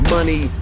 Money